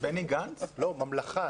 לא, ממלכה.